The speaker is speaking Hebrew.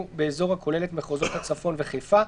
באזור הכולל את מחוזות הצפון וחיפה,